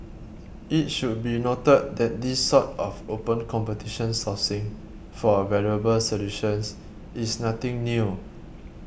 it should be noted that this sort of open competition sourcing for valuable solutions is nothing new